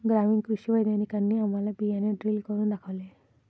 ग्रामीण कृषी वैज्ञानिकांनी आम्हाला बियाणे ड्रिल करून दाखवले